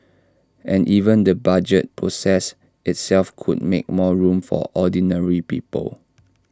and even the budget process itself could make more room for ordinary people